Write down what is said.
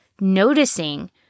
noticing